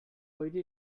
heute